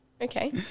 Okay